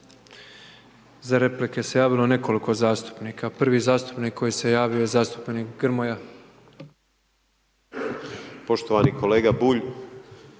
Za replike se javilo nekoliko zastupnika, prvi zastupnik koji se javio je zastupnik Grmoja. **Grmoja, Nikola